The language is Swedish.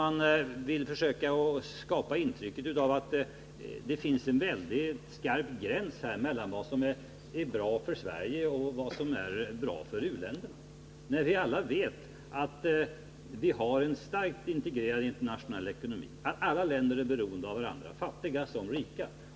Man vill försöka skapa intrycket att det finns en skarp gräns mellan vad som är bra för Sverige och vad som är bra för u-länderna — trots att alla vet att den internationella ekonomin är starkt integrerad och att alla länder är beroende av varandra, fattiga som rika.